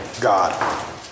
God